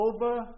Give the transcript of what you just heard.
over